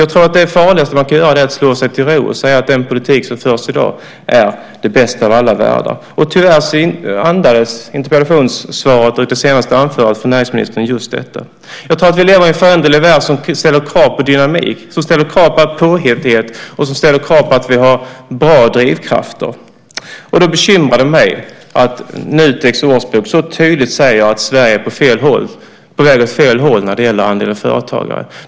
Jag tror att det farligaste man kan göra är att slå sig till ro och säga att den politik som förs i dag är den bästa av alla världar. Tyvärr andades interpellationssvaret och det senaste anförandet från näringsministern just detta. Vi lever i en föränderlig värld som ställer krav på dynamik, på påhittighet och på bra drivkrafter. Då bekymrar det mig att Nutek i sin årsbok så tydligt säger att Sverige är på väg åt fel håll när det gäller andelen företagare.